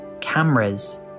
cameras